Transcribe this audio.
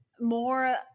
more